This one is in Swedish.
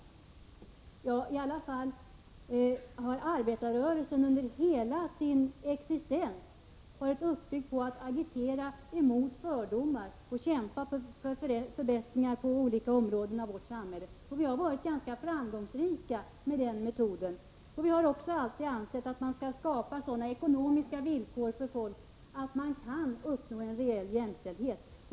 I alla fall har arbetarrörelsen under hela sin existens varit uppbyggd på att agitera emot fördomar och kämpa för förbättringar på olika områden i vårt samhälle, och vi har varit ganska framgångsrika med den metoden. Vi har också alltid ansett att man skall skapa sådana ekonomiska villkor för folk att man kan uppnå reell jämställdhet.